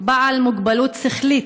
בעל מוגבלות שכלית,